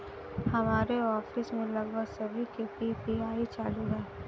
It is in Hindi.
हमारे ऑफिस में लगभग सभी के पी.पी.आई चालू है